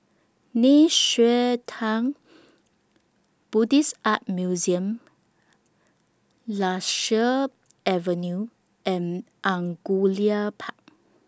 Nei Xue Tang Buddhist Art Museum Lasia Avenue and Angullia Park